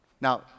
now